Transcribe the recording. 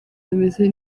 ntameze